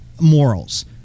morals